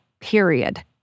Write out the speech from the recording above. period